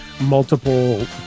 multiple